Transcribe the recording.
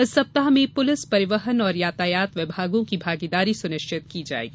इस सप्ताह में पुलिस परिवहन और यातायात विभागों की भागीदारी सुनिश्चित की जायेगी